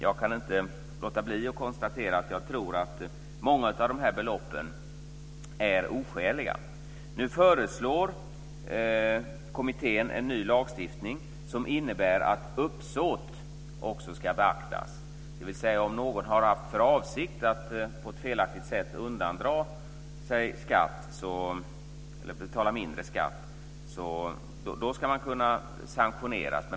Jag kan inte låta bli att konstatera att jag tror att många av de här beloppen är oskäliga. Nu föreslår kommittén en ny lagstiftning som innebär att uppsåt också ska beaktas. Det betyder att om någon har haft för avsikt att på ett felaktigt sätt undandra sig skatt, eller betala mindre skatt, ska man kunna sanktioneras.